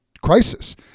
crisis